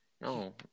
No